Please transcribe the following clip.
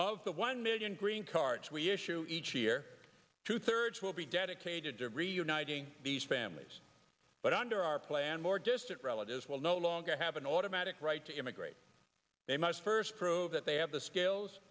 of the one million green cards we issue each year two thirds will be dedicated to reuniting these families but under our plan more distant relatives will no longer i have an automatic right to immigrate they must first prove that they have the skills